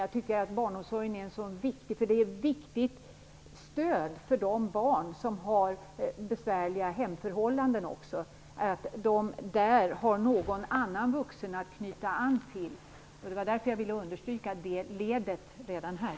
Jag tycker att barnomsorgen är mycket viktig; den är ett stöd för de barn som har besvärliga hemförhållanden, genom att de där har någon annan vuxen att knyta an till. Det var därför jag ville understryka det ledet redan här.